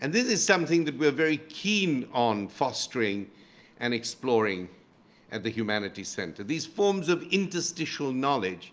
and this is something that we're very keen on fostering and exploring at the humanities center, these forms of interstitial knowledge